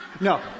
No